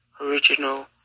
original